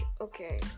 okay